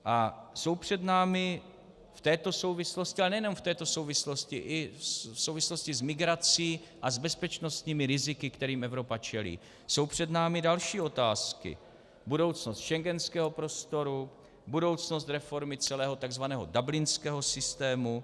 A jsou před námi v této souvislosti, a nejenom v této souvislosti, i v souvislosti s migrací a s bezpečnostními riziky, kterým Evropa čelí, jsou před námi další otázky: budoucnost schengenského prostoru, budoucnost reformy celého tzv. dublinského systému.